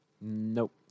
Nope